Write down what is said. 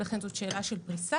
ולכן זאת שאלה של פריסה.